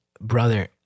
brother